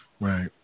Right